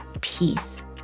Peace